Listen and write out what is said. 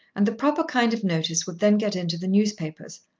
and the proper kind of notice would then get into the newspapers.